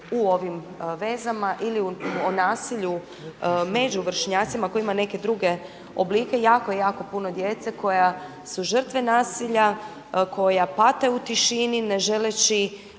u ovim vezama ili o nasilju među vršnjacima koje ima neke druge oblike jako, jako puno djece koja su žrtve nasilja, koja pate u tišini ne želeći